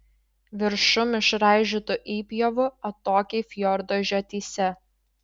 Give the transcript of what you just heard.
viršum išraižytų įpjovų atokiai fjordo žiotyse